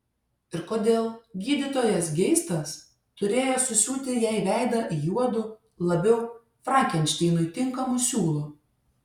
ir kodėl gydytojas geistas turėjo susiūti jai veidą juodu labiau frankenšteinui tinkamu siūlu